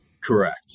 Correct